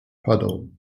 puddle